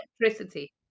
electricity